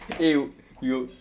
you you